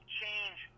change